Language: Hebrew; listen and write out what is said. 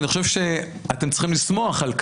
ואני חושב שאתם צריכים לשמוח על כך.